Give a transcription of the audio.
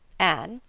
anne,